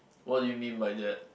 what do you mean by that